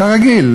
כרגיל.